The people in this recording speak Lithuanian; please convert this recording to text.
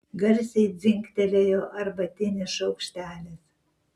garsiai dzingtelėjo arbatinis šaukštelis